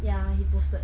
ya he posted